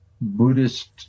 Buddhist